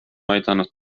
aidanud